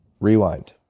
Rewind